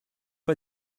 pas